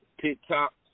TikTok